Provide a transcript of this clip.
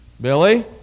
Billy